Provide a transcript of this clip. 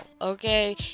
okay